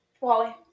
Wally